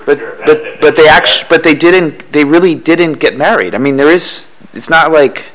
but but they actually but they didn't they really didn't get married i mean there is it's not like